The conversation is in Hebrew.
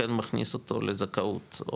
כן מכניס אותו לזכאות,